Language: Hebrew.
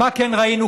מה כן ראינו?